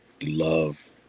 love